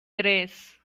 tres